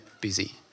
busy